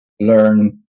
learn